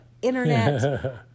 internet